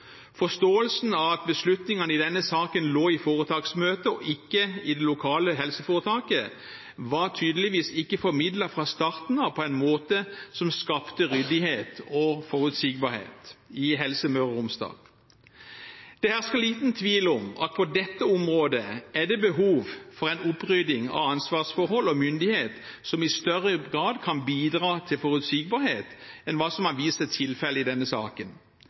Forståelsen av at beslutningene i denne saken lå i foretaksmøtet og ikke i det lokale helseforetaket, var tydeligvis ikke formidlet fra starten av på en måte som skapte ryddighet og forutsigbarhet i Helse Møre og Romsdal. Det hersker liten tvil om at det på dette området er behov for en opprydning av ansvarsforhold og myndighet som i større grad kan bidra til forutsigbarhet, enn hva som har vist seg å være tilfellet i denne saken.